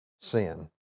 sin